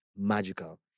magical